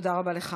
תודה רבה לך.